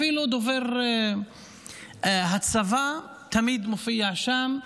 אפילו דובר הצבא תמיד מופיע שם.